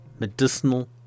medicinal